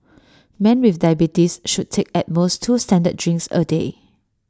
men with diabetes should take at most two standard drinks A day